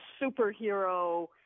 superhero